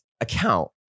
account